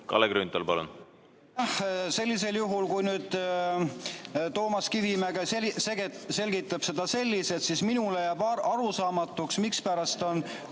Kalle Grünthal, palun! Sellisel juhul, kui nüüd Toomas Kivimägi selgitab seda selliselt, siis minule jääb arusaamatuks, mispärast on